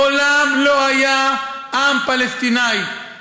מעולם לא היה עם פלסטיני,